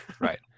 Right